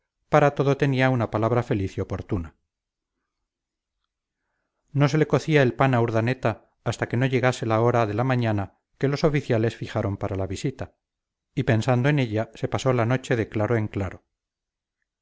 para todo tenía una palabra feliz y oportuna no se le cocía el pan a urdaneta hasta que no llegase la hora de la mañana que los oficiales fijaron para la visita y pensando en ella se pasó la noche de claro en claro